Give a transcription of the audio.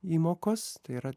įmokos tai yra